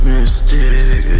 Mystic